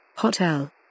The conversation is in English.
Hotel